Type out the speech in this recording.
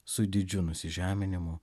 su didžiu nusižeminimu